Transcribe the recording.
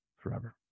forever